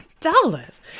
dollars